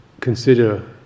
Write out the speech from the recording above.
consider